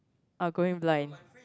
are going blind